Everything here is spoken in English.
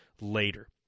later